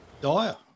dire